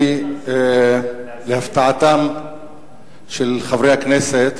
אני, להפתעתם של חברי הכנסת,